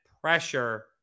pressure